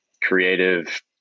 creative